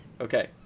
Okay